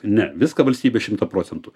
ne viską valstybė šimta procentų